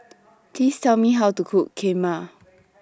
Please Tell Me How to Cook Kheema